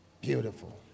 beautiful